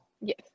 Yes